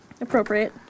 Appropriate